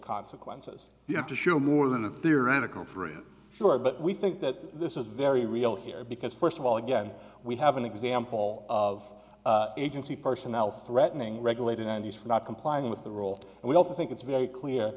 consequences you have to show more than a theoretical three sure but we think that this is very real here because first of all again we have an example of agency personnel threatening regulating and use for not complying with the rule we all think it's very clear